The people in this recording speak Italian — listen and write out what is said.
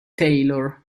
taylor